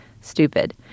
stupid